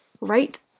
right